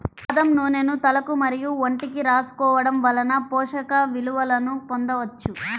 బాదం నూనెను తలకు మరియు ఒంటికి రాసుకోవడం వలన పోషక విలువలను పొందవచ్చు